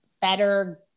better